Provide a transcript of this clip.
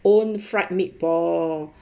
own fried meat ball